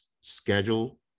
schedule